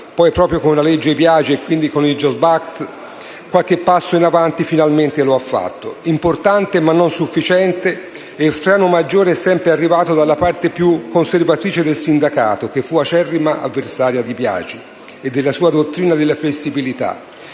poi proprio con la legge Biagi e quindi con il *jobs act*, qualche passo in avanti finalmente lo ha fatto. Ciò è importante ma non sufficiente e il freno maggiore è sempre arrivato dalla parte più conservatrice del sindacato, che fu acerrima avversaria di Biagi e della sua dottrina della flessibilità